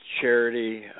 charity